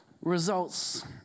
results